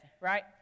right